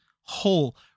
whole